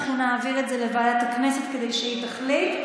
אנחנו נעביר את זה לוועדת הכנסת כדי שהיא תחליט.